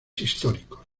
históricos